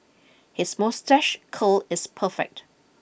his moustache curl is perfect